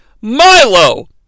Milo